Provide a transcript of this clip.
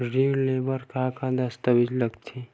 ऋण ले बर का का दस्तावेज लगथे?